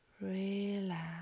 Relax